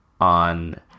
on